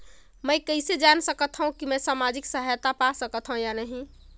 मै कइसे जान सकथव कि मैं समाजिक सहायता पा सकथव या नहीं?